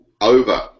over